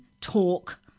Talk